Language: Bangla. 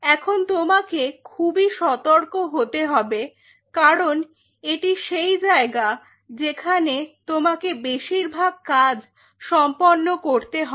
এখন তোমাকে খুবই সতর্ক হতে হবে কারণ এটি সেই জায়গা যেখানে তোমাকে বেশির ভাগ কাজ সম্পন্ন করতে হবে